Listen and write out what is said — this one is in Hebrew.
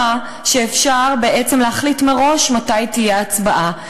שאפשר בעצם להחליט מראש מתי תהיה הצבעה.